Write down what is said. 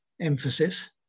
emphasis